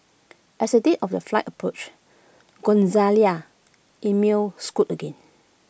as the date of their flight approach Gonzalez email scoot again